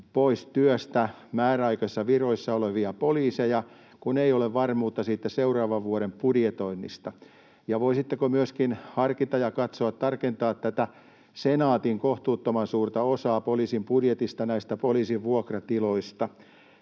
pois työstä määräaikaisissa viroissa olevia poliiseja, kun ei ole varmuutta siitä seuraavan vuoden budjetoinnista? Ja voisitteko myöskin harkita ja katsoa, tarkentaa tätä Senaatin kohtuuttoman suurta osaa poliisin budjetista näistä poliisin vuokratiloista?